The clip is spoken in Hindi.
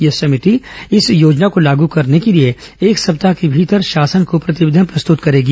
यह समिति इस योजना को लाग करने के लिए एक सप्ताह के भीतर शासन को प्रतिवेदन प्रस्तुत करेगी